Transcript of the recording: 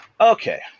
Okay